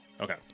Okay